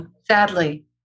Sadly